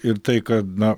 ir tai kad na